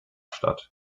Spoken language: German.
statt